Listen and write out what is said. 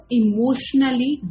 emotionally